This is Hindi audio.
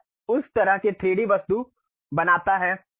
यह उस तरह के 3D वस्तु बनाता है